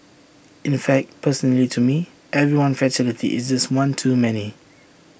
in fact personally to me every one fatality is just one too many